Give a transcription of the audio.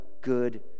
good